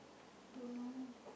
don't know